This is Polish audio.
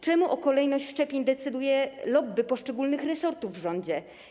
Czemu o kolejności szczepień decyduje lobby poszczególnych resortów w rządzie?